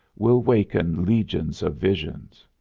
will waken legions of visions.